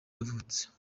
yavutse